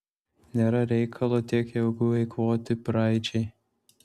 nėra reikalo tiek jėgų eikvoti praeičiai